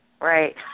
Right